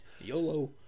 Yolo